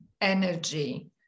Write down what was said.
energy